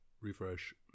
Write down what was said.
Refresh